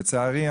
לצערי,